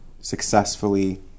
successfully